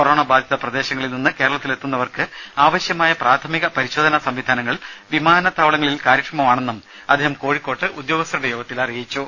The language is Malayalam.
കൊറോണബാധിത പ്രദേശങ്ങളിൽനിന്ന് കേരളത്തിലേക്കെത്തുന്നവർക്ക് ആവശ്യമായ പ്രാഥമിക പരിശോധന സംവിധാനങ്ങൾ എയർപോർട്ടുകളിൽ കാര്യക്ഷമമാണെന്നും അദ്ദേഹം കോഴിക്കോട്ട് ഉദ്യോഗസ്ഥരുടെ യോഗത്തിൽ അറിയിച്ചു